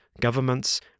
governments